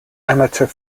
amateur